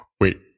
Wait